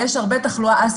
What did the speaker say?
יש הרבה תחלואה אסימפטומטית.